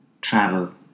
travel